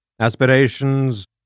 Aspirations